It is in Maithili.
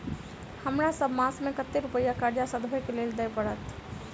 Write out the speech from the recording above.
हमरा सब मास मे कतेक रुपया कर्जा सधाबई केँ लेल दइ पड़त?